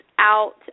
out